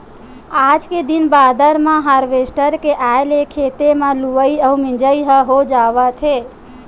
आज के दिन बादर म हारवेस्टर के आए ले खेते म लुवई अउ मिजई ह हो जावत हे